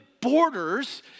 borders